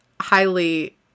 highly